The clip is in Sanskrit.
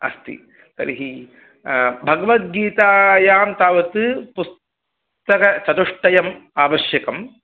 अस्ति तर्हि भग्वद्गीतायां तावत् पुस्तकचतुष्टयम् आवश्यकम्